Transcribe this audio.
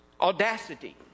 audacity